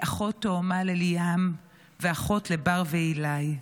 כאחות תאומה לליאם ואחות לבר ועילי.